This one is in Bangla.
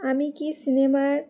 আমি কি সিনেমার